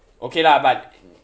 okay lah but